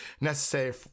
necessary